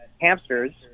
hamsters